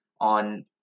on